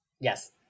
Yes